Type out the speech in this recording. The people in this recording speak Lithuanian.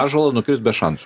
ąžuolą nukirst be šansų